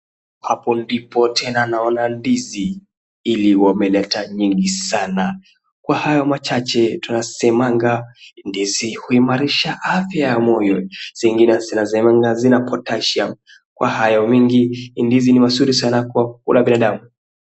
Hapo ndipo tena naona ndizi ili wameleta nyingi sana. Kwa hayo machache tunasemanga ndizi huimarisha afya ya moyo. Zingine zinasemanga zina potassium . Kwa hayo mengi ndizi ni mazuri sana kwa kula binadamu.